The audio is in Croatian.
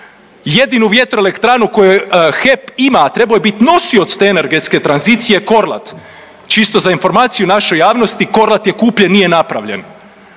Jedinu vjetroelektranu koju HEP ima, a trebao je bit nosioc te energetske tranzicije je Korlat. Čisto za informaciju našoj javnosti Korlat je kupljen nije napravljen.